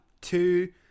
two